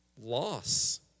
loss